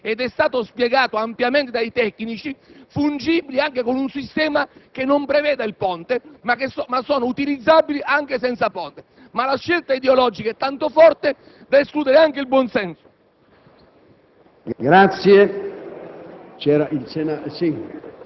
opere di connessione trasportistica sono comunque fungibili, è stato spiegato ampiamente dai tecnici: sono fungibili con un sistema che non preveda il ponte, ma sono utilizzabili anche senza ponte. Ma la scelta ideologica è talmente forte da escludere anche il buonsenso.